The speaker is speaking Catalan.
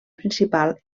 principal